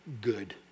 Good